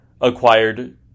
Acquired